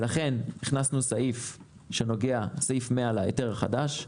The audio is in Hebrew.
ולכן הכנסנו את סעיף 100 להיתר החדש,